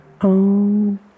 own